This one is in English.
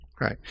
Right